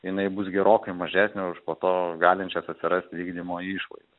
jinai bus gerokai mažesnė už po to galinčias atsirasti vykdymo išlaidas